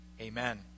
amen